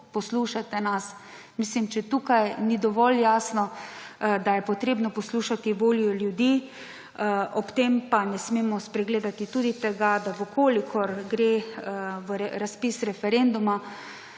poslušajte nas.« Če tukaj ni dovolj jasno, da je treba poslušati voljo ljudi, ob tem pa ne smemo spregledati tudi tega, da če gre razpis referenduma,